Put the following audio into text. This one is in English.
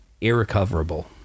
irrecoverable